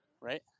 right